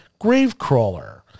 Gravecrawler